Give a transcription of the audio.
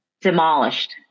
demolished